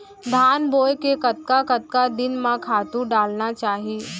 धान बोए के कतका कतका दिन म खातू डालना चाही?